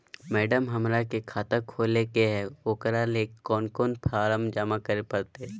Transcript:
Madam, हमरा के खाता खोले के है उकरा ले कौन कौन फारम जमा करे परते?